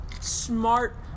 smart